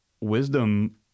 Wisdom